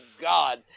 God